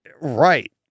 Right